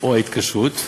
או ההתקשרות,